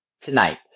tonight